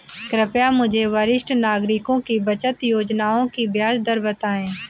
कृपया मुझे वरिष्ठ नागरिकों की बचत योजना की ब्याज दर बताएं